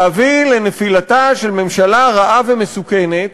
להביא לנפילתה של ממשלה רעה ומסוכנת,